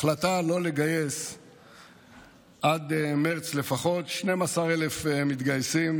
החלטה לא לגייס עד מרץ לפחות 12,000 מתגייסים,